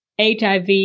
HIV